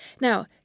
Now